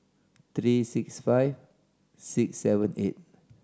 three six five six seven eight